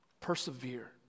persevere